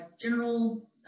General